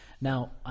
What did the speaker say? Now